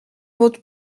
votre